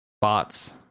bots